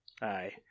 Aye